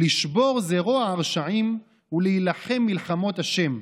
לשבור זרוע רשעים ולהילחם מלחמות ה',